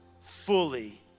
fully